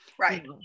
right